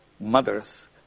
mothers